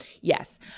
Yes